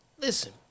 Listen